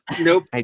Nope